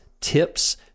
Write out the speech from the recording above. tips